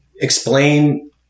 explain